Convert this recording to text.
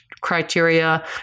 criteria